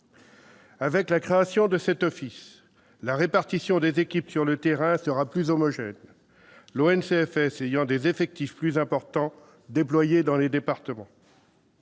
Avec la création de cet office, la répartition des équipes sur le terrain sera plus homogène, l'ONCFS ayant des effectifs plus importants déployés dans les départements.